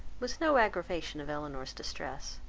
was no aggravation of elinor's distress.